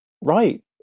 right